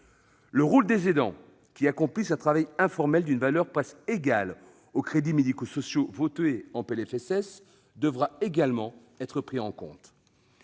Le rôle des aidants, qui accomplissent un travail informel d'une valeur presque égale aux crédits médico-sociaux votés en PLFSS, devra également être pris en compte.